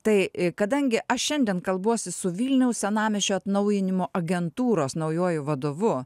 tai kadangi aš šiandien kalbuosi su vilniaus senamiesčio atnaujinimo agentūros naujuoju vadovu